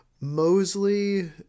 Mosley